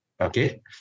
okay